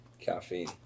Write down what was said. caffeine